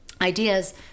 Ideas